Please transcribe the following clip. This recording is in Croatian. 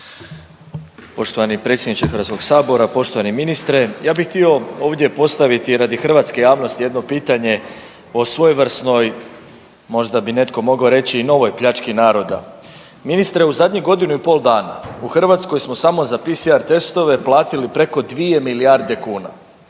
Poštovani predsjedniče HS-a, poštovani ministre. Ja bih htio ovdje postaviti radi hrvatske javnosti jedno pitanje o svojevrsnoj možda bi netko mogao reći i novoj pljački naroda, ministre u zadnjih godinu i pol dana u Hrvatskoj samo za PCR testove platili preko 2 milijarde kuna.